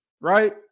right